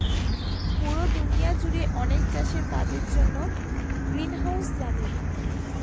পুরো দুনিয়া জুড়ে অনেক চাষের কাজের জন্য গ্রিনহাউস লাগে